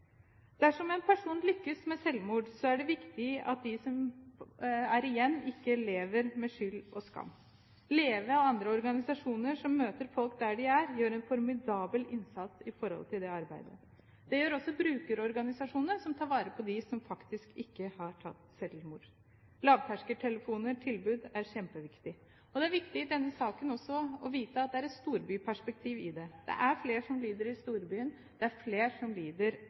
Dersom en person lykkes med selvmord, er det viktig at de som er igjen, ikke lever med skyld og skam. LEVE og andre organisasjoner som møter folk der de er, gjør en formidabel innsats i forhold til det arbeidet. Det gjør også brukerorganisasjonene, som tar vare på dem som faktisk ikke har begått selvmord. Lavterskeltelefoner, lavterskeltilbud, er kjempeviktig. Det er viktig i denne saken også å vite at det er et storbyperspektiv i det. Det er flere som lider i storbyen, det er flere som lider